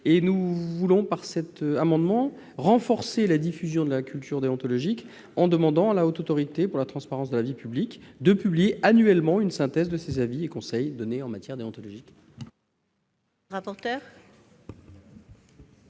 Nous proposons de renforcer la diffusion de la culture déontologique en demandant à la Haute Autorité pour la transparence de la vie publique de publier annuellement une synthèse de ses avis et conseils en matière de déontologie.